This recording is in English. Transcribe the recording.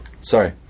sorry